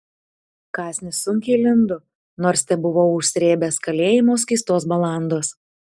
kąsnis sunkiai lindo nors tebuvau užsrėbęs kalėjimo skystos balandos